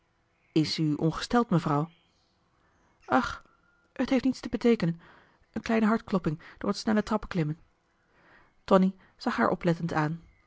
is u ongesteld mevrouw ach t heeft niets te beteekenen een kleine hartklopping door het snelle trappen klimmen tonie zag haar oplettend aan